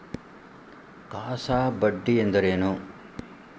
CASA ಬಡ್ಡಿ ಎಂದರೇನು?